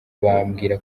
bambwira